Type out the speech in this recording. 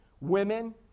Women